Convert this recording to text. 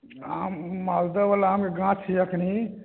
आम मालदह वला आमके गाछ यऽ कनि